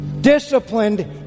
Disciplined